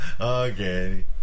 Okay